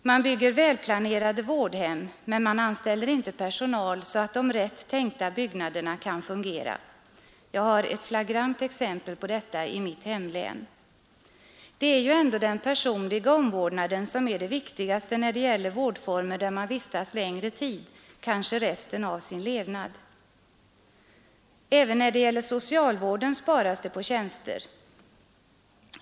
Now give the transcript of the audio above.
Man bygger välplanerade vårdhem, men man anställer inte personal så att de rätt tänkta byggnaderna kan fungera. Jag har ett flagrant exempel på detta i mitt hemlän. Det är ju ändå den personliga omvårdnaden som är det viktigaste när det gäller vårdformer, där man vistas längre tid, kanske resten av sin levnad. Även när det gäller socialvården sparas det på tjänster.